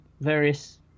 various